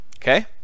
Okay